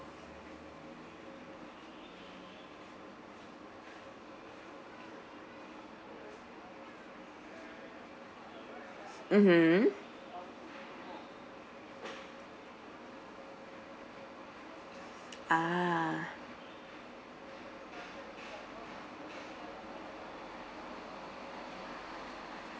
mmhmm ah